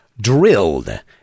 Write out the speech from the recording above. Drilled